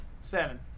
Seven